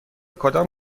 کدام